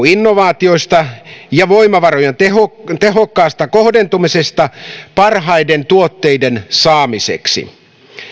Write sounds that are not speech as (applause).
(unintelligible) innovaatioista ja voimavarojen tehokkaasta tehokkaasta kohdentumisesta parhaiden tuotteiden saamiseksi